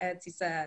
לארץ ישראל.